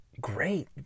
great